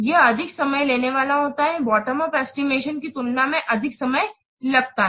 यह अधिक समय लेने वाला होता है बॉटम उप एस्टिमेशन की तुलना में अधिक समय लगता है